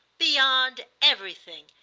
beyond everything.